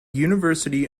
university